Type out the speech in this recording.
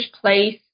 place